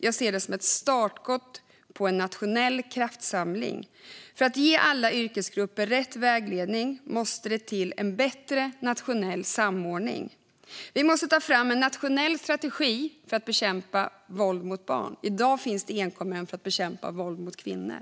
Jag ser dem som ett startskott på en nationell kraftsamling. För att alla yrkesgrupper ska få rätt vägledning måste det till bättre nationell samordning. Vi måste ta fram en nationell strategi för att bekämpa våld mot barn. I dag finns det enkom en för att bekämpa våld mot kvinnor.